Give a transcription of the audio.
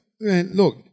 Look